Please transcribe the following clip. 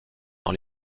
dans